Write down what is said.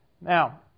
Now